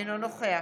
אינו נוכח